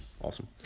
Awesome